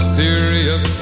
serious